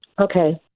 Okay